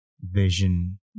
vision